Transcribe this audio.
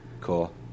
cool